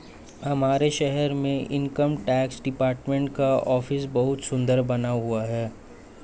हमारे शहर में इनकम टैक्स डिपार्टमेंट का ऑफिस बहुत सुन्दर बना हुआ है